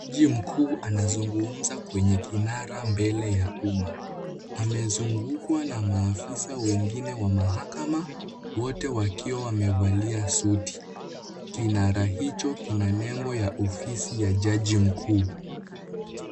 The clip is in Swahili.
Jaji mkuu anazungumza kwenye kinara mbele ya umma. Amezungukwa na maafisa wengine wa mahakama wote wakiwa wamevalia suti. Kinara hicho kina nembo ya ofisi ya jaji mkuu.